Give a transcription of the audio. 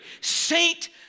Saint